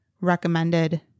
recommended